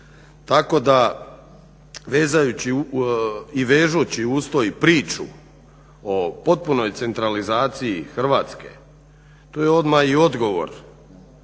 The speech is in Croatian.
Tako da vežući uz to i priču o potpunoj centralizaciji Hrvatske to je odmah i odgovor